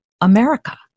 America